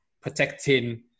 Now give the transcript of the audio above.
protecting